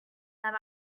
that